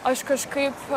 aš kažkaip